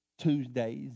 Tuesdays